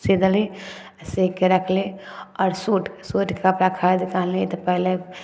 C देली आओर सीके रखली आओर सूट सूटके कपड़ा खरीदके आनली तऽ पहिले